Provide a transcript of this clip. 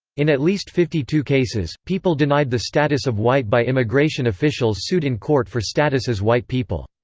in at least fifty two cases, people denied the status of white by immigration officials sued in court for status as white people.